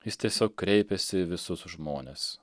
jis tiesiog kreipėsi į visus žmones